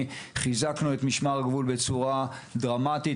וחיזקנו את משמר הגבול בצורה משמעותית.